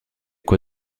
quoi